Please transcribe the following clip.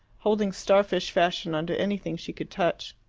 holding star-fish fashion on to anything she could touch.